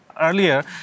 earlier